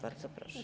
Bardzo proszę.